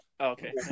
Okay